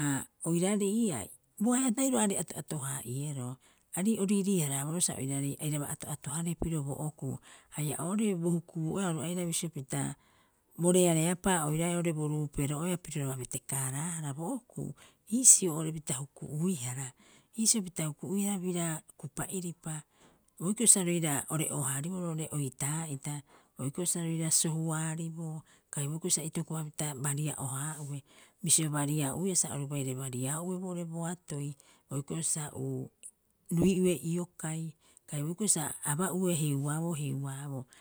Ha oiraarei ii'aa, bo ahe'a tahiro aarei ato'ato- haa'ieroo, arei o riirii- haaboroo sa oiraarei airaba ato'atoharehe pirio bo okuu haia oo'ore bo hukubuu'oea aira bisio pita bo reareapaa oiraae oo'ore bo ruupero'oea betekaaraahara bo okuu, iisio oo'ore pita huku'uihara. Iisio pita huku'uihara bira kupa'iripa boikiro sa roira ore'oohaariboo roo'ore oitaa; ita. Boikiro sa roira sohuaariboo kai boikiro sa itokopapita baria'ohaa'ue. bisio baria'o uiia sa orubaire baria'o'ue boo'ore boatoi. Boikiro sa rui'ue iokai haia boikiro sa a ba'ue heuaboo, heuaboo.